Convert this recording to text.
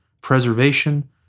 preservation